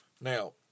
Now